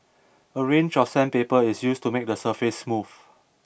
a range of sandpaper is used to make the surface smooth